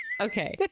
Okay